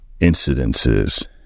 incidences